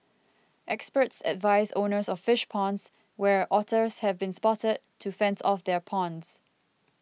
experts advise owners of fish ponds where otters have been spotted to fence off their ponds